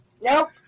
nope